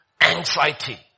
anxiety